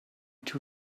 two